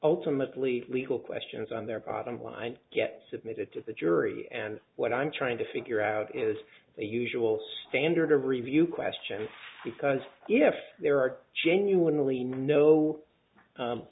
ultimately legal questions on their bottom line get submitted to the jury and what i'm trying to figure out is the usual standard of review question because if there are genuinely no